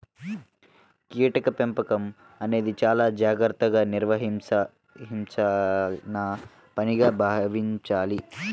కీటకాల పెంపకం అనేది చాలా జాగర్తగా నిర్వహించాల్సిన పనిగా భావించాలి